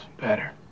Better